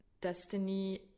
Destiny